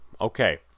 okay